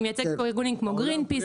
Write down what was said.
אני מייצגת פה ארגונים כמו גרינפיס.